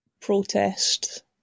protest